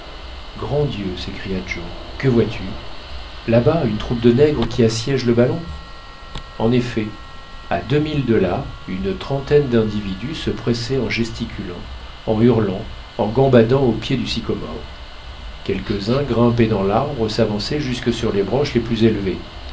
grand dieu s'écria joe que vois tu là-bas une troupe de nègres qui assiègent le ballon en effet à deux milles de là une trentaine d'individus se pressaient en gesticulant en hurlant en gambadant au pied du sycomore quelques-uns grimpés dans l'arbre s'avançaient jusque sur les branches les plus élevées